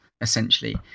essentially